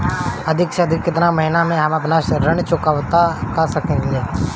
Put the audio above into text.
अधिक से अधिक केतना महीना में हम आपन ऋण चुकता कर सकी ले?